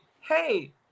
hey